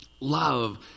love